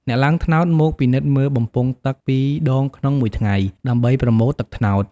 អ្នកឡើងត្នោតមកពិនិត្យមើលបំពង់ទឹកពីរដងក្នុងមួយថ្ងៃ ដើម្បីប្រមូលទឹកត្នោត។